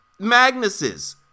Magnuses